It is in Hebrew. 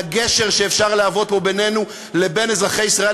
לגשר שאפשר להוות פה בינינו לבין אזרחי ישראל.